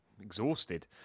Exhausted